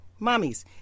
mommies